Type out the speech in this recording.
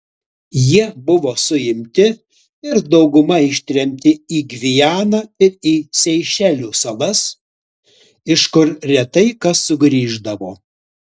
jie buvo suimti ir dauguma ištremti į gvianą ir į seišelių salas iš kur retai kas sugrįždavo